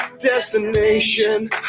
destination